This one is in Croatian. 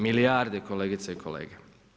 Milijardi kolegice i kolege!